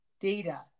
data